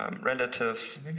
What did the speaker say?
relatives